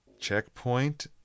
checkpoint